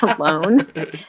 alone